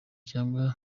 cyangwa